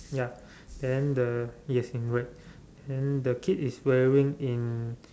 ya then the yes in red then the kid is wearing in